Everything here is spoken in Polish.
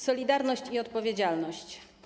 Solidarność i odpowiedzialność.